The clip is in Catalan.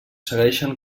segueixen